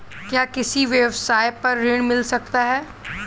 क्या किसी व्यवसाय पर ऋण मिल सकता है?